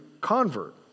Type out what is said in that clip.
convert